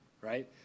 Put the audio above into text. right